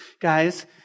guys